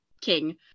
king